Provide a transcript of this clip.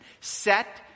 set